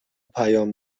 پیام